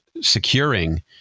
securing